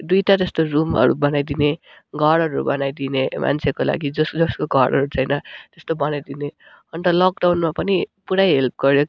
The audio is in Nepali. दुइटा जस्तो रुमहरू बनाइ दिने घरहरू बनाइदिने मान्छेको लागि जस जसको घरहरू छैन त्यस्तो बनाइदिने अन्त लक डउनमा पनि पुरै हेल्प गऱ्यो